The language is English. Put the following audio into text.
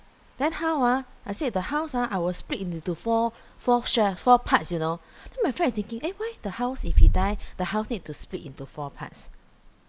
then how ah I said the house ah I will split into to four four share four parts you know then my friend is thinking eh why the house if he die the house need to split into four parts